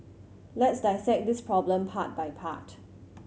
let's dissect this problem part by part